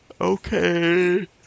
Okay